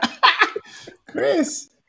Chris